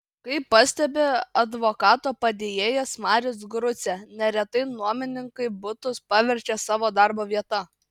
kaip pastebi advokato padėjėjas marius grucė neretai nuomininkai butus paverčia savo darbo vieta